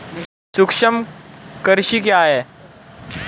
सूक्ष्म कृषि क्या है?